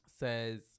says